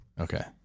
Okay